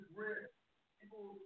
People